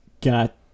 got